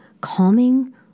calming